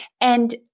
And-